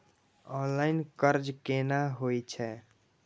Online कर्ज केना होई छै?